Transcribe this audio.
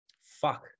fuck